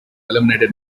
eliminated